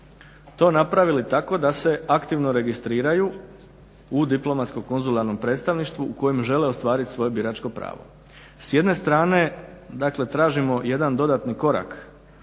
to napravili tako da se aktivno registriraju u diplomatsko-konzularnom predstavništvu u kojem žele ostvariti svoje biračko pravo. S jedne strane dakle tražimo jedan dodatni korak